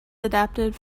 adapted